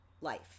life